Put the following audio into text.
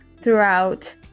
throughout